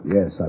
Yes